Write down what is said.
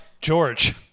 George